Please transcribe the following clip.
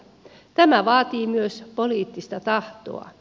tämä vaatii myös poliittista tahtoa